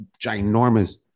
ginormous